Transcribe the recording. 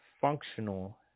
functional